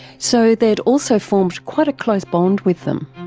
so they'd also formed quite a close bond with them.